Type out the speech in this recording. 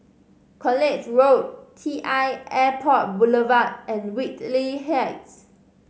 College Road T I Airport Boulevard and Whitley Heights